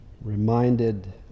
reminded